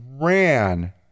ran